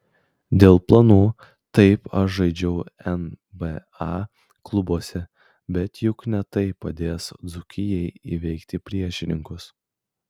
dėl planų taip aš žaidžiau nba klubuose bet juk ne tai padės dzūkijai įveikti priešininkus